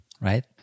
right